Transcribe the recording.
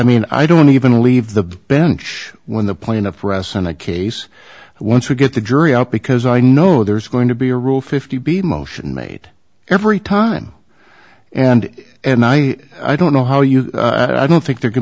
mean i don't even leave the bench when the plaintiff rests on a case once we get the jury out because i know there's going to be a rule fifty b motion made every time and and i i don't know how you i don't think there can